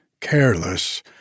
careless